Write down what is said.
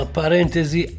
parentesi